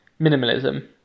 minimalism